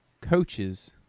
coaches